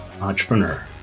Entrepreneur